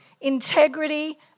Integrity